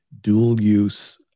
dual-use